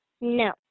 No